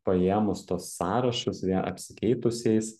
paėmus tuos sąrašus ir ja apsikeitus jais